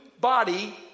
body